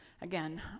again